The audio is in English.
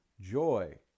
joy